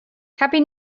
happy